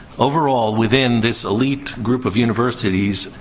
overall, within this elite group of universities,